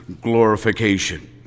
glorification